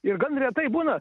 ir gan retai būna